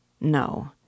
No